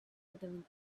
medaling